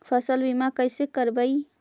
फसल बीमा कैसे करबइ?